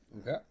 Okay